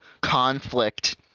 conflict